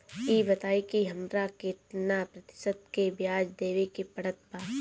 ई बताई की हमरा केतना प्रतिशत के ब्याज देवे के पड़त बा?